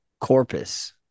Corpus